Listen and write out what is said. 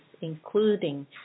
including